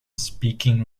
speaking